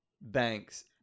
banks